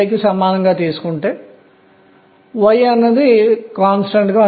మీరు ఈ విధంగా వెళ్ళలేరు మీరు 4s కు వెళ్లాలి